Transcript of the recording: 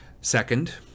Second